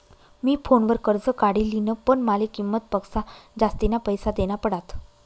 मी फोनवर कर्ज काढी लिन्ह, पण माले किंमत पक्सा जास्तीना पैसा देना पडात